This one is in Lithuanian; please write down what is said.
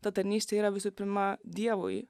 ta tarnystė yra visų pirma dievui